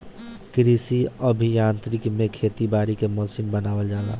कृषि अभियांत्रिकी में खेती बारी के मशीन बनावल जाला